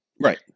Right